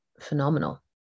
phenomenal